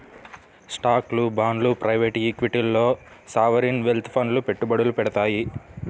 స్టాక్లు, బాండ్లు ప్రైవేట్ ఈక్విటీల్లో సావరీన్ వెల్త్ ఫండ్లు పెట్టుబడులు పెడతాయి